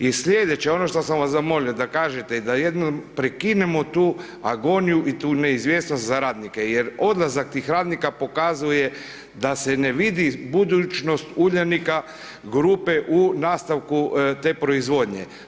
I slijedeće, ono što sam vas zamolio da kažete da jednom prekinemo tu agoniju i tu neizvjesnost za radnike jer odlazak tih radnika pokazuje da se ne vidi budućnost Uljanika, grupe u nastavku te proizvodnje.